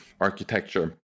architecture